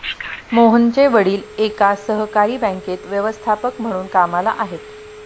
मोहनचे वडील एका सहकारी बँकेत व्यवस्थापक म्हणून कामला आहेत